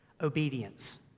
obedience